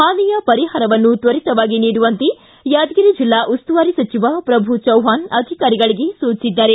ಹಾನಿಯ ಪರಿಹಾರವನ್ನು ತ್ವರಿತವಾಗಿ ನೀಡುವಂತೆ ಯಾದಗಿರಿ ಜಿಲ್ಲಾ ಉಸ್ತುವಾರಿ ಸಚಿವ ಶ್ರಭು ಚವ್ವಾಣ್ ಅಧಿಕಾರಿಗಳಿಗೆ ಸೂಚಿಸಿದ್ದಾರೆ